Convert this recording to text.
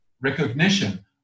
recognition